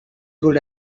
good